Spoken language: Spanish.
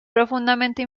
profundamente